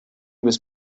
was